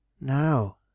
Now